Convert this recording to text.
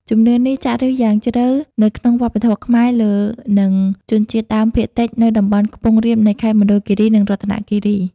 ជំនឿនេះចាក់ឫសយ៉ាងជ្រៅនៅក្នុងវប្បធម៌ខ្មែរលើ និងជនជាតិដើមភាគតិចនៅតំបន់ខ្ពង់រាបនៃខេត្តមណ្ឌលគិរី និងរតនគិរី។